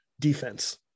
defense